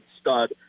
stud